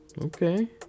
okay